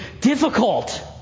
difficult